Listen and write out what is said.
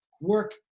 work